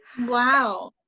Wow